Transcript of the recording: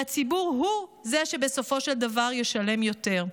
והציבור הוא זה שבסופו של דבר ישלם יותר.